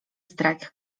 strajk